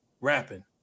Rapping